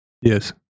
Yes